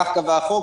כך קבע החוק,